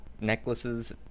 necklaces